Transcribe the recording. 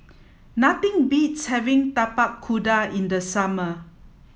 nothing beats having Tapak Kuda in the summer